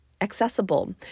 accessible